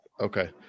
Okay